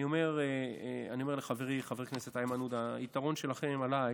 אני אומר לחברי חבר הכנסת איימן עודה: היתרון שלכם עליי